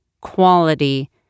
quality